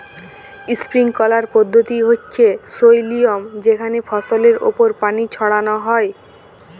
sprinkler পদ্ধতি হচ্যে সই লিয়ম যেখানে ফসলের ওপর পানি ছড়ান হয়